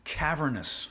cavernous